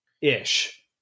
ish